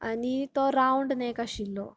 आनी तो रावन्ड नेक आशिल्लो